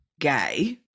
gay